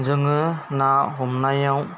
जोङो ना हमनायाव